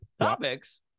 Topics